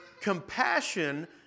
compassion